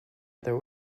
other